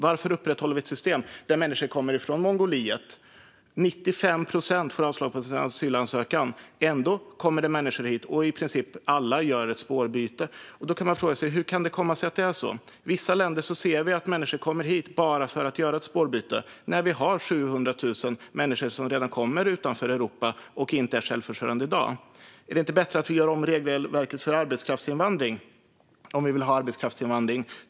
Varför upprätthåller vi ett system där människor kommer från Mongoliet och i 95 procent av fallen får avslag på sina asylansökningar? Ändå kommer det människor hit, och i princip alla gör ett spårbyte. Då kan man fråga sig hur det kan komma sig att det är så. Från vissa länder ser vi att människor kommer hit bara för att göra ett spårbyte, när vi har 700 000 människor som redan kommer från länder utanför Europa och inte är självförsörjande i dag. Är det inte bättre att vi gör om regelverket för arbetskraftsinvandring om vi vill ha arbetskraftsinvandring?